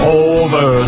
over